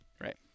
Right